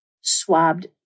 swabbed